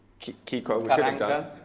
Kiko